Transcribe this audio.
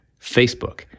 facebook